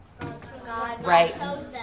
right